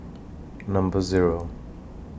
Number Zero